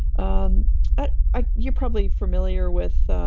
um ah ah you're probably familiar with